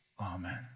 amen